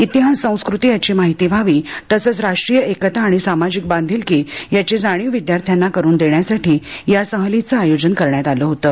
इतिहास संस्कृती याची माहिती व्हावी तसच राष्ट्रीय एकता आणि सामाजिक बांधीलकी याची जाणीव विद्यार्थ्यांनी करून देण्यासाठी या सहलीचं आयोजन करण्यात आलं होतं